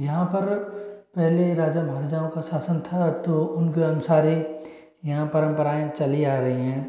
यहाँ पर पहले राजा महाराजाओं का शासन था तो उनके अनुसार ही यहाँ परंपराएँ चली आ रही हैं